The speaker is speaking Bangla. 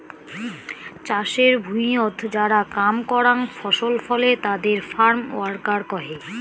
চাষের ভুঁইয়ত যারা কাম করাং ফসল ফলে তাদের ফার্ম ওয়ার্কার কহে